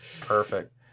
Perfect